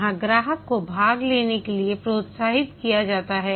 यहां ग्राहक को भाग लेने के लिए प्रोत्साहित किया जाता है